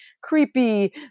creepy